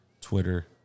Twitter